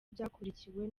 byakurikiwe